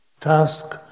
task